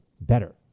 better